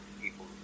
people